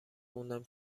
خوندم